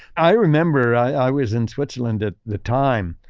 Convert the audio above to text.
i remember, i was in switzerland at the time,